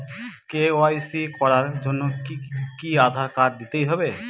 KYC করার জন্য কি আধার কার্ড দিতেই হবে?